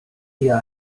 eher